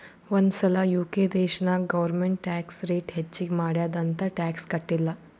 ಒಂದ್ ಸಲಾ ಯು.ಕೆ ದೇಶನಾಗ್ ಗೌರ್ಮೆಂಟ್ ಟ್ಯಾಕ್ಸ್ ರೇಟ್ ಹೆಚ್ಚಿಗ್ ಮಾಡ್ಯಾದ್ ಅಂತ್ ಟ್ಯಾಕ್ಸ ಕಟ್ಟಿಲ್ಲ